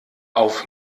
auf